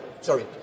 sorry